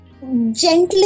gently